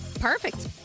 Perfect